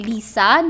Lisa